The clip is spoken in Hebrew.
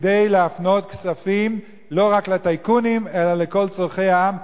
כדי להפנות כספים לא רק לטייקונים אלא לכל צורכי העם,